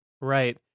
Right